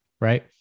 right